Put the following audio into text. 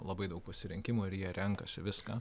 labai daug pasirinkimų ir jie renkasi viską